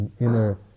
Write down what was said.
inner